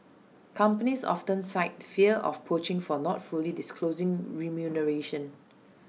companies often cite fear of poaching for not fully disclosing remuneration